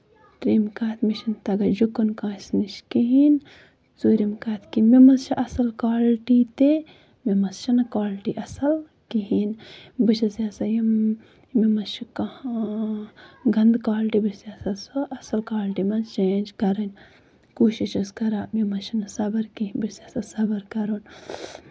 ترٛیِم کَتھ مےٚ چھُنہٕ تَگان جُکُن کٲنٛسہِ نِش کِہیٖنۍ ژوٗرِم کَتھ کہِ مےٚ منٛز چھِ اَصٕل کالٹی تہِ مےٚ منٛز چھِنہٕ کالٹی اَصٕل کِہیٖنۍ بہٕ چھَس یَژھان یِم یِم مےٚ منٛز چھُ کانٛہہ گَندٕ کالٹی بہٕ چھَس یَژھان سُہ اَصٕل کالٹی منٛز چینج کَرٕنۍ کوٗشِش چھَس کران مےٚ منٛز چھُنہٕ صبٕر کِہیٖنۍ بہٕ چھَس یَژھان صبٕر کَرُن